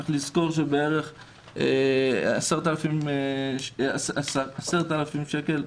צריך לזכור שמוכשר בקורס עולה 10,000 שקלים.